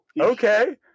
okay